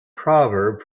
proverb